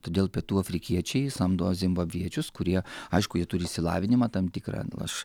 todėl pietų afrikiečiai samdo zimbabviečius kurie aišku jie turi išsilavinimą tam tikrą nu aš